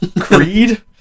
Creed